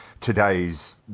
today's